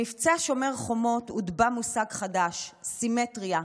במבצע שומר חומות הוטבע מושג חדש: סימטריה.